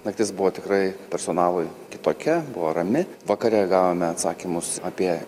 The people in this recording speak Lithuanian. naktis buvo tikrai personalui kitokia buvo rami vakare gavome atsakymus apie